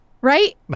Right